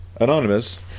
Anonymous